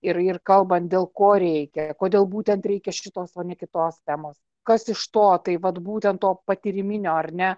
ir ir kalbant dėl ko reikia kodėl būtent reikia šitos o ne kitos temos kas iš to tai vat būtent to patyriminio ar ne